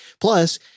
Plus